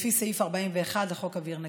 לפי סעיף 41 לחוק אוויר נקי.